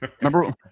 remember